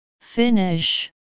Finish